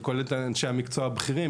זה כולל את אנשי המקצוע הבכירים,